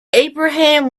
abraham